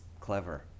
clever